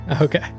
Okay